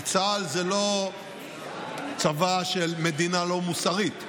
כי צה"ל זה לא צבא של מדינה לא מוסרית,